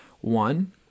One